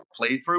playthrough